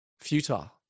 futile